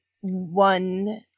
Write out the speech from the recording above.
one